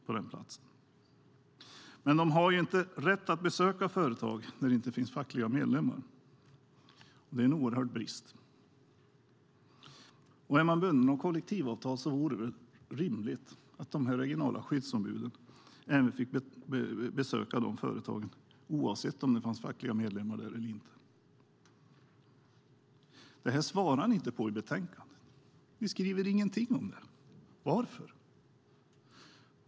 Skyddsombuden har dock inte rätt att besöka företag där det inte finns fackliga medlemmar, vilket är en oerhörd brist. Om företagen är bundna av kollektivavtal vore det rimligt att de regionala skyddsombuden kunde få besöka dessa företag oavsett om det finns fackligt anslutna medlemmar eller inte. Detta svarar ni inte på i betänkandet. Ni skriver ingenting om detta. Varför?